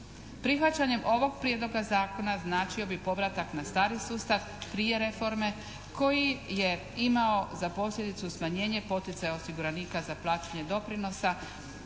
Prihvaćanjem ovog prijedloga zakona značio bi povratak na stari sustav prije reforme koji je imao za posljedicu smanje poticaja osiguranika za plaćanje doprinosa